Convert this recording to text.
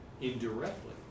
indirectly